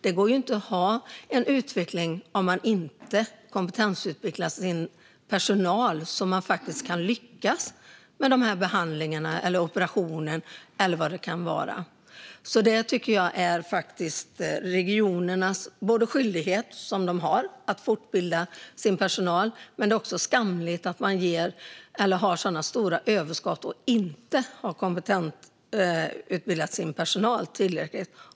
Det sker ingen utveckling om man inte kompetensutvecklar sin personal. Om man gör det kan man lyckas med behandlingarna, operationerna eller vad det kan vara. Det är regionernas skyldighet att fortbilda sin personal, men det är också skamligt att ha så stora överskott utan att ha utbildat sin personal tillräckligt.